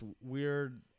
weird